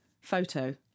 photo